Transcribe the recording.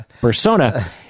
persona